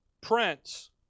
Prince